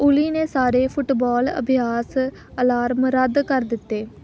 ਓਲੀ ਨੇ ਸਾਰੇ ਫੁਟਬਾਲ ਅਭਿਆਸ ਅਲਾਰਮ ਰੱਦ ਕਰ ਦਿੱਤੇ